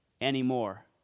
anymore